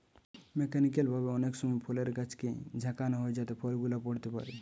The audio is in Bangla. মেকানিক্যাল ভাবে অনেক সময় ফলের গাছকে ঝাঁকানো হয় যাতে ফল গুলা পড়তে পারে